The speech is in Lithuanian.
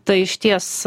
tai išties